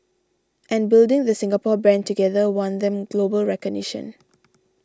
and building the Singapore brand together won them global recognition